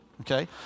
okay